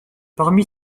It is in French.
parmi